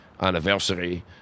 anniversary